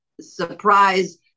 surprise